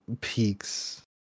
peaks